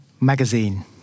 Magazine